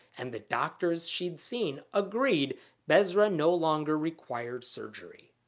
and the doctors she'd seen agreed besra no longer required surgery.